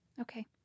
Okay